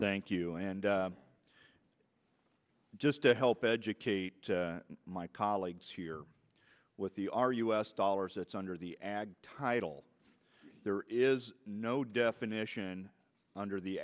thank you and just to help educate my colleagues here with the our u s dollars that's under the ag title there is no definition under the